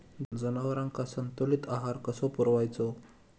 जनावरांका संतुलित आहार कसो पुरवायचो?